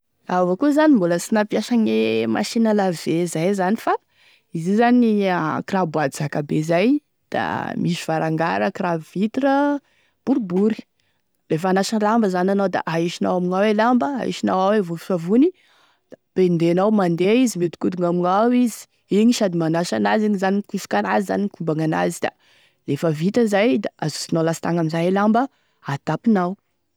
Iaho avao koa zany sy mbola nampiasa gne machine à laver zay zany fa izy io zay aaa akoraha boaty zakabe zay da misy varangara akoraha vitre a boribory lefa hanasa lamba zany anao da ahisinao amign' ao e lamba ahisinao ao e vovosavony da pendenao mandeha izy miodikoina amignao izy igny sady manasa an'azy ignyzany mikosika an'azy mikobagny an'azy da lefa vita izay da azosonao latagny amizay e lamba atapinao.